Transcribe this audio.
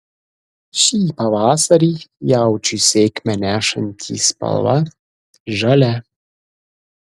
šį pavasarį jaučiui sėkmę nešantį spalva žalia